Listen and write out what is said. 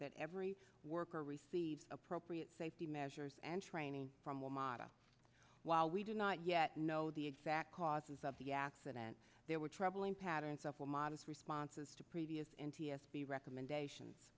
that every worker receives appropriate safety measures and training from a model while we do not yet know the exact causes of the accident there were troubling patterns of a modest responses to previous n t s b recommendations